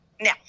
Now